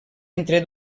entre